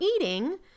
eating